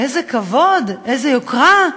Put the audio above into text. איזה כבוד, איזו יוקרה,